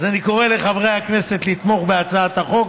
אני קורא לחברי הכנסת לתמוך בהצעת החוק